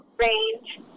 range